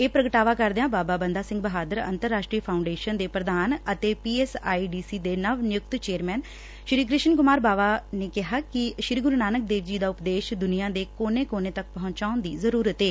ਇਹ ਪ੍ਰਗਟਾਵਾ ਕਰਦਿਆਂ ਬਾਬਾ ਬੰਦਾ ਸਿੰਘ ਬਹਾਦਰ ਅੰਤਰਰਾਸ਼ਟਰੀ ਫਾਊਡੇਸ਼ਨ ਦੇ ਪ੍ਰਧਾਨ ਅਤੇ ਪੀਐਸਆਈਡੀਸੀ ਦੇ ਨਵ ਨਿਯੁਕਤ ਚੇਅਰਮੈਨ ਸ੍ਰੀ ਕਿਸ਼ਨ ਕੁਮਾਰ ਬਾਵਾ ਕਿਹਾ ਕਿ ਸ੍ਰੀ ਗੁਰੁ ਨਾਨਕ ਦੇਵ ਜੀ ਦਾ ਉਪਦੇਸ਼ ਦੁਨੀਆਂ ਦੇ ਕੋਨੇ ਕੋਨੇ ਤੱਕ ਪਹੁੰਚਾਉਣ ਦੀ ਜ਼ਰੂਰਤ ਏ